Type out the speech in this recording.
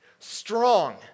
Strong